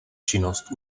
činnost